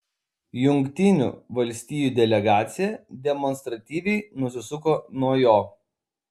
jungtinių valstijų delegacija demonstratyviai nusisuko nuo jo